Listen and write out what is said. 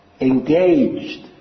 engaged